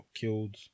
killed